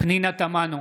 פנינה תמנו,